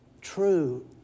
true